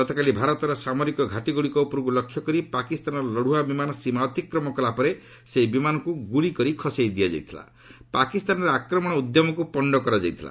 ଗତକାଲି ଭାରତର ସାମରିକ ଘାଟିଗୁଡ଼ିକ ଉପରକୁ ଲକ୍ଷ୍ୟ କରି ପାକିସ୍ତାନର ଲଢ଼ୁଆ ବିମାନ ସୀମା ଅତିକ୍ରମ କଲାପରେ ସେହି ବିମାନକୁ ଗୁଳି କରି ଖସାଇ ଦିଆଯାଇ ପାକିସ୍ତାନର ଆକ୍ରମଣ ଉଦ୍ୟମକୁ ପଣ୍ଡ କରାଯାଇଥିଲା